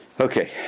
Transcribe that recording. Okay